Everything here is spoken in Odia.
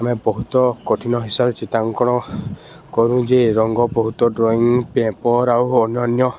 ଆମେ ବହୁତ କଠିନ ହିସାବରେ ଚିତ୍ରାଙ୍କନ କରୁ ଯେ ରଙ୍ଗ ବହୁତ ଡ୍ରଇଂ ପେପର୍ ଆଉ ଅନ୍ୟାନ୍ୟ